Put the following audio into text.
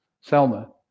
Selma